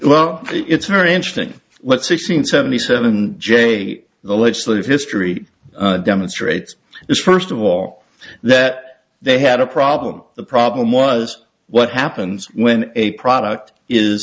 well it's very interesting what six hundred seventy seven j the legislative history demonstrates is first of all that they had a problem the problem was what happens when a product is